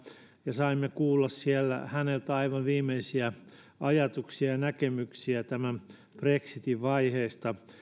ja saimme kuulla siellä häneltä aivan viimeisiä ajatuksia ja näkemyksiä brexitin vaiheista